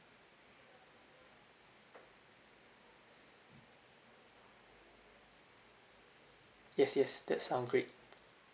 yes yes that sound great